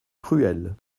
cruelle